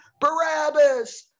Barabbas